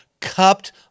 Cupped